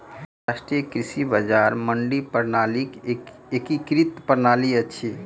राष्ट्रीय कृषि बजार मंडी प्रणालीक एकीकृत प्रणाली अछि